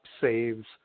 saves